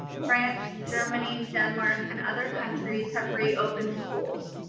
france, germany, denmark, and other countries have reopened schools.